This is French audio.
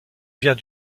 vient